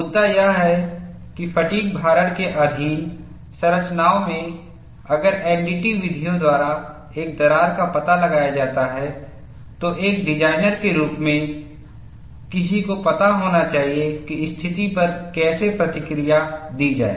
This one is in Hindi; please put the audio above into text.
मुद्दा यह है कि फ़ैटिग् भारण के अधीन संरचनाओं में अगर एनडीटी विधियों द्वारा एक दरार का पता लगाया जाता है तो एक डिज़ाइनर के रूप में किसी को पता होना चाहिए कि स्थिति पर कैसे प्रतिक्रिया दी जाए